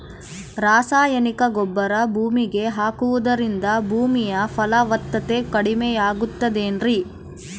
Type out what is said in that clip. ರಾಸಾಯನಿಕ ಗೊಬ್ಬರ ಭೂಮಿಗೆ ಹಾಕುವುದರಿಂದ ಭೂಮಿಯ ಫಲವತ್ತತೆ ಕಡಿಮೆಯಾಗುತ್ತದೆ ಏನ್ರಿ?